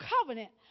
covenant